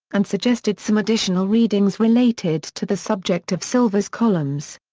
and suggested some additional readings related to the subject of silver's columns.